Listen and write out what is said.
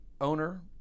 owner